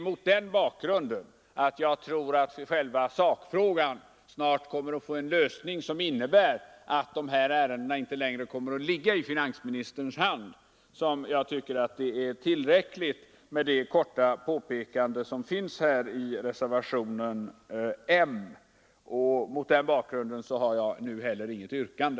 Eftersom jag tror att själva sakfrågan snart kommer att få en lösning, som innebär att dessa ärenden inte längre kommer att ligga i finansministerns hand, tycker jag att det är tillräckligt med det korta påpekande som finns i reservationen J. Mot den bakgrunden har jag nu inte heller något yrkande.